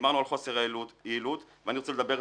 דיברנו על חוסר יעילות ואני רוצה לדבר,